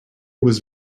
was